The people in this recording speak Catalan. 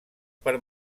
per